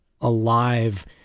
alive